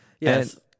Yes